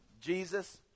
Jesus